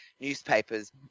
newspapers